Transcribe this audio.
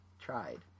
tried